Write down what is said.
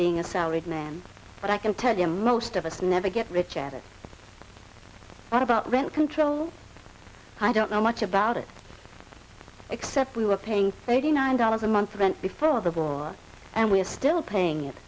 being a salaried man but i can tell you most of us never get rich at it what about rent control i don't know much about it except we were paying thirty nine dollars a month even before the war and we're still paying it